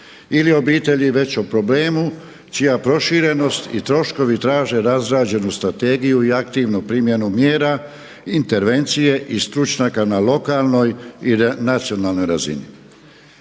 ili obitelji već o problemu čija proširenost i troškovi traže razrađenu strategiju i aktivnu primjenu mjera, intervencije i stručnjaka na lokanoj i nacionalnoj razini.